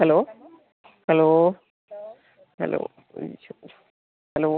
hello hello hello hello